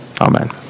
Amen